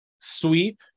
sweep